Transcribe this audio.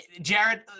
Jared